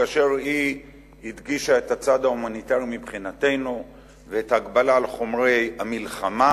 כאשר היא הדגישה את הצד ההומניטרי מבחינתנו ואת ההגבלה על חומרי המלחמה.